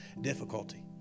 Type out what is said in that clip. difficulty